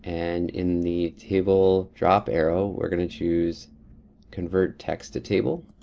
and in the table drop arrow we're gonna choose convert text to table.